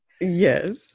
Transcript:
Yes